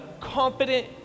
confident